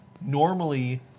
normally